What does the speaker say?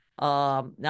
Now